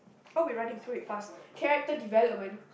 oh we're running through it fast character development